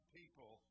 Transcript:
people